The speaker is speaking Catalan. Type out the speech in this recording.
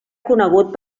conegut